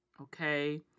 Okay